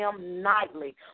nightly